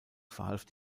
verhalf